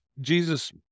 Jesus